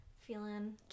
feeling